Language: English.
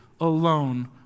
alone